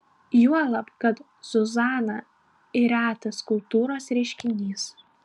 juolab kad zuzana ir retas kultūros reiškinys